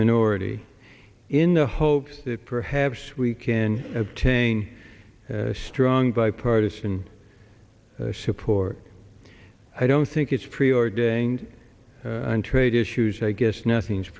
minority in the hopes that perhaps we can obtain strong bipartisan support i don't think it's preordained on trade issues i guess nothing